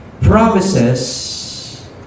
promises